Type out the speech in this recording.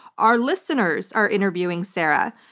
our listeners are interviewing sarah.